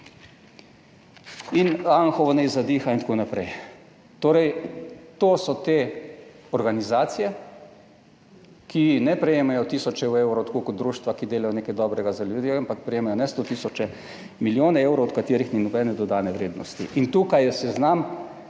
in Anhovo naj zadiha in tako naprej. Torej, to so te organizacije, ki ne prejemajo tisoče evrov tako kot društva, ki delajo nekaj dobrega za ljudi, ampak prejemajo ne sto tisoče, milijone evrov od katerih ni nobene dodane vrednosti. In tukaj je seznam